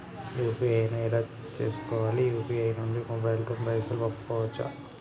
UPI ను ఎలా చేస్కోవాలి యూ.పీ.ఐ నుండి మొబైల్ తో పైసల్ పంపుకోవచ్చా?